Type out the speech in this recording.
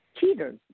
cheaters